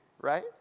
right